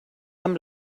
amb